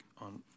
on